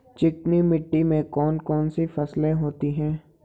चिकनी मिट्टी में कौन कौन सी फसलें होती हैं?